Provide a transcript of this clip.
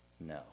No